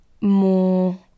more